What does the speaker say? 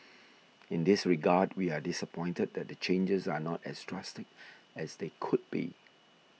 in this regard we are disappointed that the changes are not as drastic as they could be